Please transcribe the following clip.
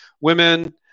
women